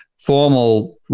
formal